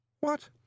What